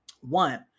One